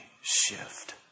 shift